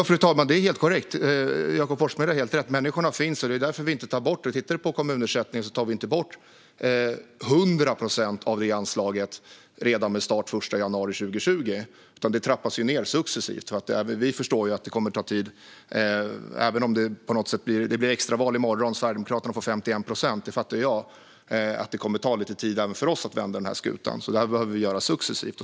Fru talman! Det är helt korrekt, och Jakob Forssmed har helt rätt - människorna finns. Det är därför vi inte tar bort detta; tittar man på kommunersättningen ser man att vi inte tar bort 100 procent av det anslaget redan med start den 1 januari 2020. Det trappas i stället ned successivt, för även vi förstår att det kommer att tid. Även om det skulle bli extra val i morgon och Sverigedemokraterna fick 51 procent fattar jag ju att det skulle ta lite tid att vända skutan, så detta behöver vi göra successivt.